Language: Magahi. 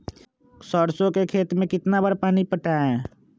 सरसों के खेत मे कितना बार पानी पटाये?